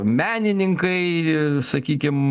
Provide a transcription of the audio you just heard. menininkai sakykim